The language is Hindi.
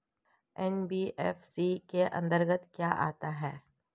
एन.बी.एफ.सी के अंतर्गत क्या आता है?